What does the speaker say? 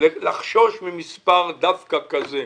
לחשוש ממספר דווקא כזה.